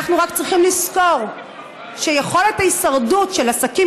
אנחנו רק צריכים לזכור שיכולת ההישרדות של עסקים